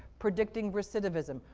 predicting recidivism,